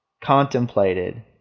contemplated